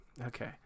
Okay